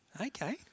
Okay